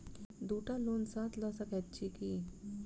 दु टा लोन साथ लऽ सकैत छी की?